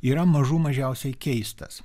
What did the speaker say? yra mažų mažiausiai keistas